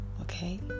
okay